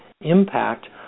impact